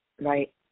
right